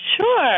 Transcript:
Sure